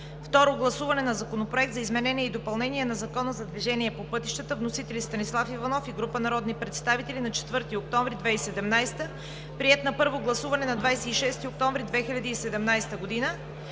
Второ гласуване на Законопроект за изменение и допълнение на Закона за движението по пътищата, вносители: Станислав Иванов и група народни представители, на 4 октомври 2017 г., приет на първо гласуване на 26 октомври 2017 г.,